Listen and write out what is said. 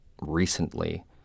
recently